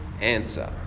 answer